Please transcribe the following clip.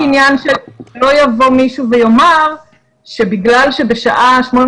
רק עניין שלא יבוא מישהו ויאמר שבגלל שבשעה 08:00